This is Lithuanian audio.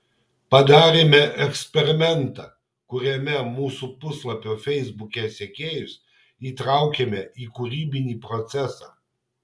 padarėme eksperimentą kuriame mūsų puslapio feisbuke sekėjus įtraukėme į kūrybinį procesą